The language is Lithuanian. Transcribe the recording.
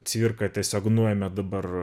cirką tiesiog nuėmė dabar